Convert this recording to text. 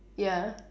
ya